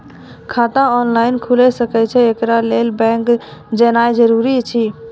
खाता ऑनलाइन खूलि सकै यै? एकरा लेल बैंक जेनाय जरूरी एछि?